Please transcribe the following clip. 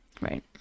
Right